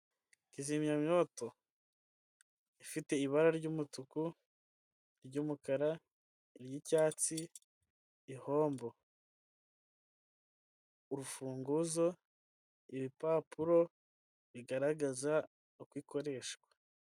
Kizimyamyoto ifite ibara ry'umutuku, iry'umukara iry'icyatsi, ihombo urufunguzo ibipapuro bigaragaza uko ikoreshwa.